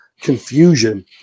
confusion